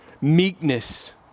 meekness